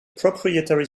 proprietary